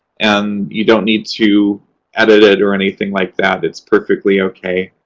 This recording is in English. and you don't need to edit it or anything like that. it's perfectly ok.